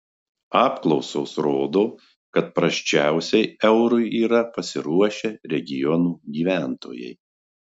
apklausos rodo kad prasčiausiai eurui yra pasiruošę regionų gyventojai